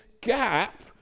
gap